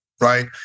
right